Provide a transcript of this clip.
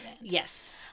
yes